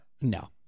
No